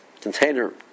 container